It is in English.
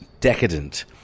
decadent